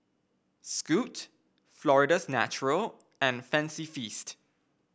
Scoot Florida's Natural and Fancy Feast